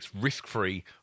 risk-free